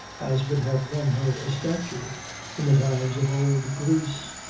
as would have won her a statue in the times of old greece,